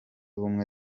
ubumwe